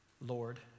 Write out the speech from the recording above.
Lord